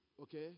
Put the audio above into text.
Okay